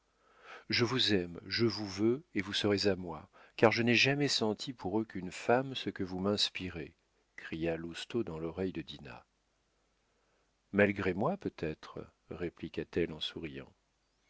je vous aime je vous veux et vous serez à moi car je n'ai jamais senti pour aucune femme ce que vous m'inspirez cria lousteau dans l'oreille de dinah malgré moi peut-être répliqua-t-elle en souriant